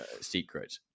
secret